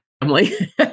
family